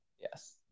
Yes